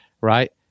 right